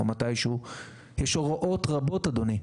יש הוראות רבות, אדוני.